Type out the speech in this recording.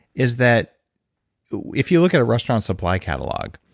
is that if you look at a restaurant supply catalog,